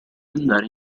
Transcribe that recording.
andare